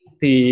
thì